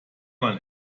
man